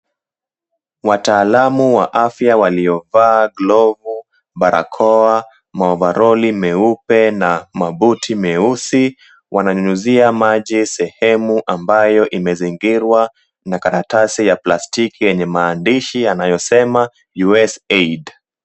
Wataalamu wa afya waliovaa glovu, barakoa, maovaroli meupe na mabuti meusi wananyunyuzia maji sehemu ambayo imezingirwa na karatasi ya plastiki yenye maandishi yanayosema USAID.